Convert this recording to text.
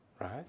right